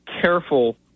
careful